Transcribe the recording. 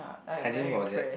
I didn't know about that